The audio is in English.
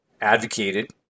advocated